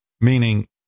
Meaning